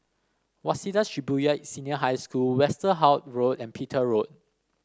Waseda Shibuya Senior High School Westerhout Road and Petir Road